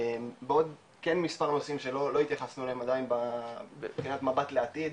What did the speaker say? בעוד כן מספר נושאים שלא התייחסנו אליהם עדיין מבחינת מבט לעתיד,